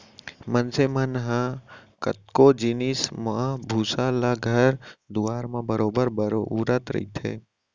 मनसे मन कतको जिनिस म भूसा ल घर दुआर म बरोबर बउरत रथें